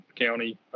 County